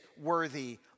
worthy